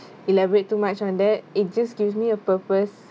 elaborate too much on that it just gives me a purpose